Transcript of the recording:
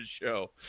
show